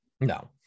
No